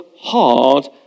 hard